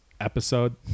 episode